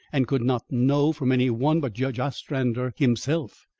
and could not know from any one but judge ostrander himself,